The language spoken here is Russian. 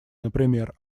например